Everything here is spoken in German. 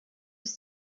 bis